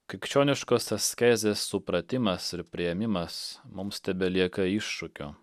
krikščioniškos askezės supratimas ir priėmimas mums tebelieka iššūkiu